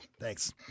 Thanks